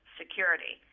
security